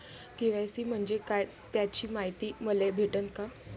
KYC म्हंजे काय त्याची मायती मले भेटन का?